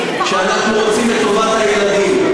שאנחנו רוצים את טובת הילדים,